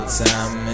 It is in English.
time